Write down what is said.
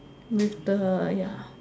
with the ya